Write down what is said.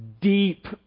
deep